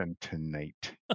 tonight